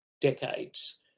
decades